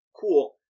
cool